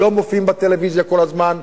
לא מופיעים בטלוויזיה כל הזמן,